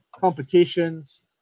competitions